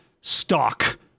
stock